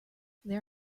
there